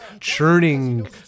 churning